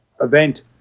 event